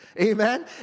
Amen